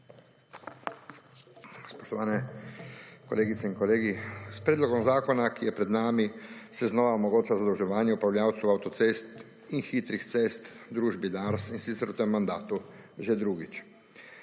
Spoštovane kolegice in kolegi! S predlogom zakona, ki je pred nami, se znova omogoča zadolževanje upravljavcu avtocest in hitrih cest, družbi Dars, in sicer v tem mandatu že drugič.